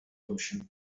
ocean